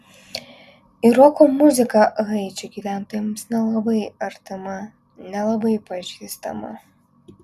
ir roko muzika haičio gyventojams nelabai artima nelabai pažįstama